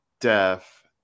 deaf